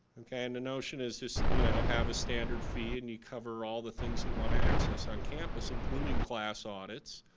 and notion is just, you know, have a standard fee and you cover all the things you want to access on campus including class audits,